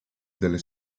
delle